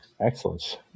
excellence